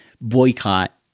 boycott